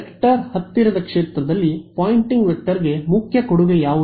vector ಹತ್ತಿರದ ಕ್ಷೇತ್ರದಲ್ಲಿ Poynting ವೆಕ್ಟರ್ಗೆ ಮುಖ್ಯ ಕೊಡುಗೆ ಯಾವುದು